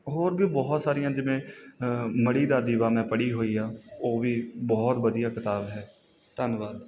ਹੋਰ ਵੀ ਬਹੁਤ ਸਾਰੀਆਂ ਜਿਵੇਂ ਮੜੀ ਦਾ ਦੀਵਾ ਮੈਂ ਪੜ੍ਹੀ ਹੋਈ ਆ ਉਹ ਵੀ ਬਹੁਤ ਵਧੀਆ ਕਿਤਾਬ ਹੈ ਧੰਨਵਾਦ